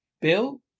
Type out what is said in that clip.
Bill